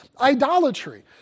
idolatry